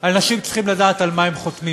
אנשים צריכים לדעת על מה הם חותמים.